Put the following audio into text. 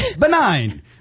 benign